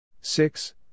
six